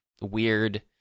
weird